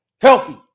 healthy